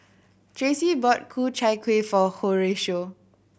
Tracey bought Ku Chai Kueh for Horatio